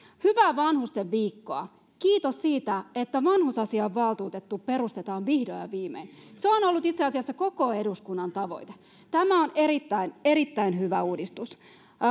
hyvää vanhustenviikkoa kiitos siitä että vanhusasiavaltuutettu perustetaan vihdoin ja viimein se on ollut itse asiassa koko eduskunnan tavoite tämä on erittäin erittäin hyvä uudistus